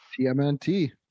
TMNT